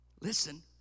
Listen